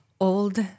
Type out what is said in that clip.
old